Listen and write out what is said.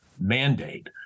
mandate